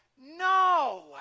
no